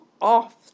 off